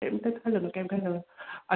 ꯀꯩꯝꯇ ꯈꯜꯂꯨꯅꯨ ꯀꯩꯝ ꯈꯜꯂꯨꯅꯨ